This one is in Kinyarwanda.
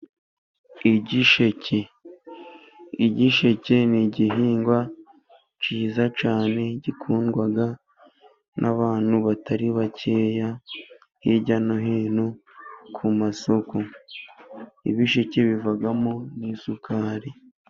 Igisheke. Igisheke ni igihingwa kiza cyane， gikundwa n'abantu batari bakeya hirya no hino ku masoko.. ibisheke bivamo n'isukari.